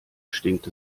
stinkt